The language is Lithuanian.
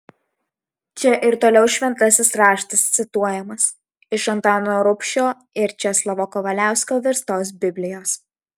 čia ir toliau šventasis raštas cituojamas iš antano rubšio ir česlovo kavaliausko verstos biblijos